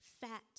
fat